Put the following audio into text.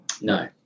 No